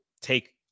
take